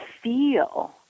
feel